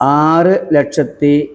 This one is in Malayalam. ആറ് ലക്ഷത്തി